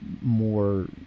more